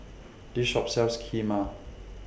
This Shop sells Kheema